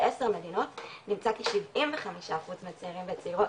בעשר מדינות נמצא כי 75 אחוז מהצעירים והצעירות